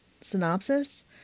synopsis